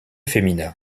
femina